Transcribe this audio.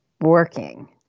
working